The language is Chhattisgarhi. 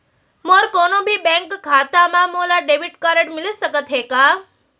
मोर कोनो भी बैंक खाता मा मोला डेबिट कारड मिलिस सकत हे का?